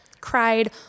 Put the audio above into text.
cried